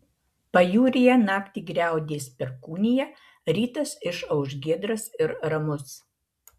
pajūryje naktį griaudės perkūnija rytas išauš giedras ir ramus